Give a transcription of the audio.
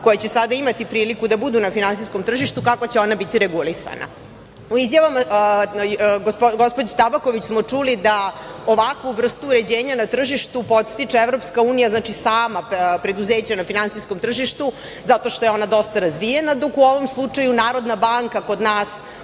koja će sada imati priliku da budu na finansijskom tržištu, kako će ona biti regulisana.U izjavama gospođe Tabaković smo čuli da ovakvu vrstu uređenja na tržištu podstiče EU sama preduzeća na finansijskom tržištu zato što je ona dosta razvijena, dok u ovom slučaju Narodna banka kod nas